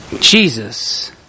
Jesus